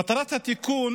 מטרת התיקון